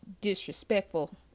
disrespectful